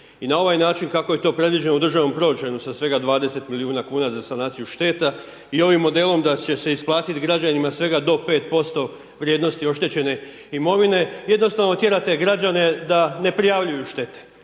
I na ovaj način kako je to predviđeno u državnom proračunu sa svega 20 milijuna kuna za sanaciju šteta i ovim modelom da će se isplatiti građanima svega do 5% vrijednosti oštećene mirovine jednostavno tjera te građane da ne prijavljuju štete.